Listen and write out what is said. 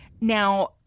now